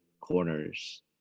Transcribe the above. corners